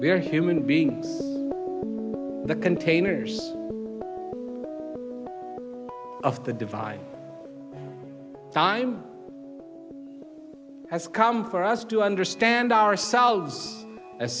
are human beings the containers of the divine time has come for us to understand ourselves as